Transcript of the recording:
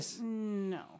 no